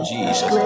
Jesus